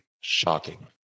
shocking